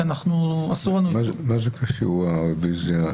כי אסור לנו --- מה זה קשור הרוויזיה?